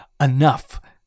enough